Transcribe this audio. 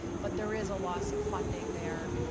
but there is a loss of funding there.